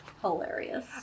hilarious